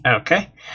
Okay